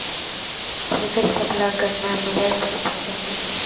खेतेर सबला गन्ना मिलेर पर पहुंचना छ